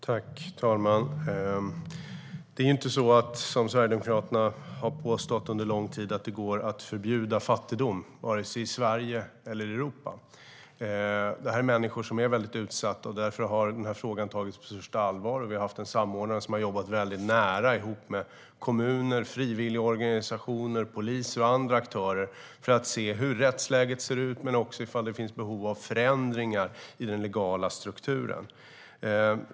Fru talman! Det är inte så, som Sverigedemokraterna har påstått under lång tid, att det går att förbjuda fattigdom, vare sig i Sverige eller i Europa. Det här är människor som är väldigt utsatta, och därför har frågan tagits på största allvar. Vi har haft en samordnare som har jobbat väldigt nära ihop med kommuner, frivilligorganisationer, polis och andra aktörer för att se hur rättsläget ser ut och också om det finns behov av förändringar i den legala strukturen.